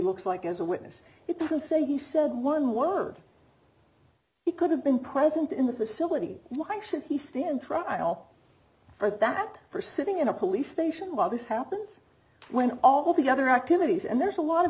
looks like as a witness it doesn't say he said one word it could have been present in the facility why should he stand trial for that for sitting in a police station while this happens when all the other activities and there's a lot of